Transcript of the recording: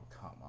come